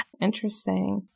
Interesting